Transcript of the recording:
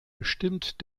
bestimmt